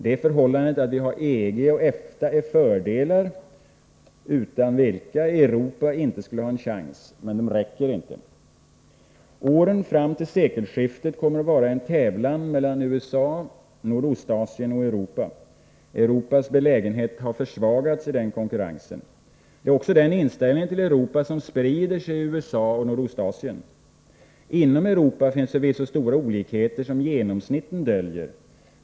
Det förhållandet att vi har EG och EFTA är fördelar, utan vilka Europa inte skulle ha en chans. Men de räcker inte. Åren fram till sekelskiftet kommer att innebära en tävlan mellan USA, Nordostasien och Europa. Europas belägenhet har försvagats i den konkurrensen. Det är också den inställningen till Europa som sprider sig i USA och Nordostasien. Inom Europa finns förvisso stora olikheter som genomsnitten döljer.